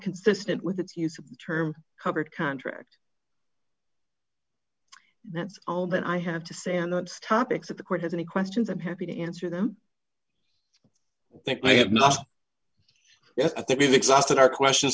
consistent with its use of term covered contract that's all that i have to say on those topics of the court has any questions i'm happy to answer them i have not i think we've exhausted our questions